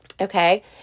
okay